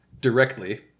directly